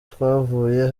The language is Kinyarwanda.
twavuye